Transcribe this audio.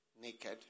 Naked